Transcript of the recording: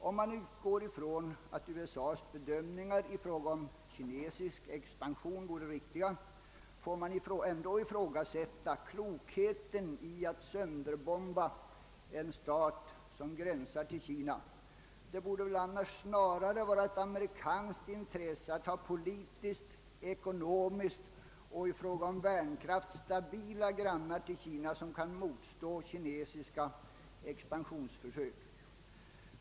Om man utgår ifrån att USA:s bedömningar i fråga om kinesisk expansion vore riktiga, får man ändå ifrågasätta klokheten i att sönderbomba en stat som gränsar till Kina. Det borde väl snarare vara ett amerikanskt intresse att ha politiskt, ekonomiskt och i fråga om värnkraft stabila grannar till Kina, som kan motstå kinesiska expansionsförsök.